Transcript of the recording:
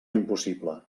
impossible